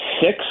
six